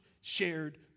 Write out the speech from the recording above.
shared